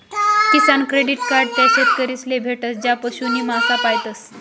किसान credit card त्या शेतकरीस ले भेटस ज्या पशु नी मासा पायतस